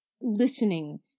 listening